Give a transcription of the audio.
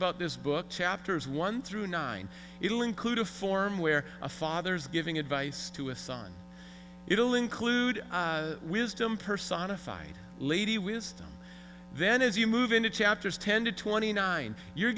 about this book chapters one through nine it will include a form where a father's giving advice to a son it will include wisdom personified lady wisdom then as you move into chapters ten to twenty nine you're